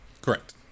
Correct